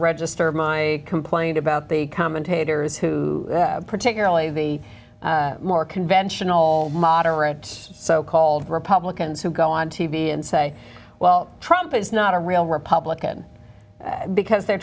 register my complaint about the commentators who particularly the more conventional moderates so called republicans who go on t v and say well trump is not a real republican because they're